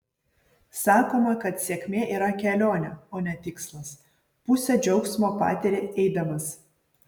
sakoma kad sėkmė yra kelionė o ne tikslas pusę džiaugsmo patiri eidamas